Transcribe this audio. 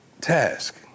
task